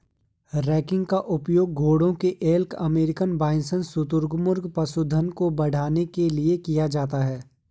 ranking का उपयोग घोड़ों एल्क अमेरिकन बाइसन शुतुरमुर्ग पशुधन को बढ़ाने के लिए किया जाता है